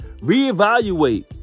reevaluate